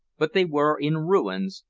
but they were in ruins,